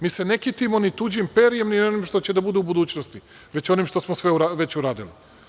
Mi se ne kitimo ni tuđim perjem niti onim što će da bude u budućnosti, već onim što smo već uradili.